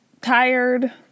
tired